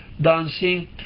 dancing